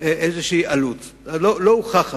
איזושהי עלות, לא הוכח עדיין.